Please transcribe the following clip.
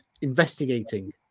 investigating